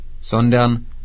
sondern